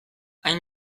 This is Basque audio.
hain